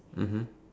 mmhmm